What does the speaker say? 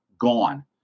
gone